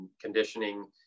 conditioning